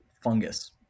fungus